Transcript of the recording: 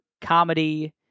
comedy